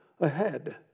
ahead